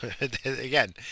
Again